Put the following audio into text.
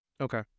Okay